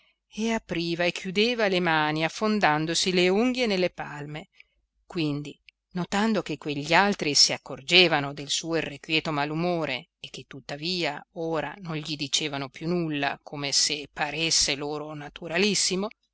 e apriva e chiudeva le mani affondandosi le unghie nelle palme quindi notando che quegli altri si accorgevano del suo irrequieto malumore e che tuttavia ora non gli dicevano più nulla come se paresse loro naturalissimo